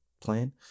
plan